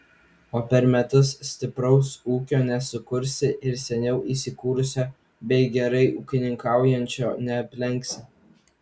o per metus stipraus ūkio nesukursi ir seniau įsikūrusio bei gerai ūkininkaujančio neaplenksi